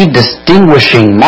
distinguishing